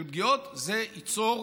זה ייצור